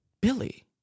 Billy